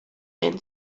and